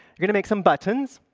going to make some buttons.